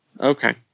Okay